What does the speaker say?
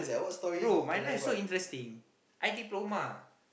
bro my life so interesting I diploma